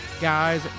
guys